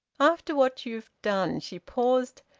after what you've done she paused,